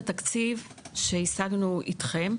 במסגרת התקציב שהשגנו איתכם,